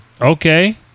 Okay